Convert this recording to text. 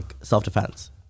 self-defense